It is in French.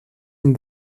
une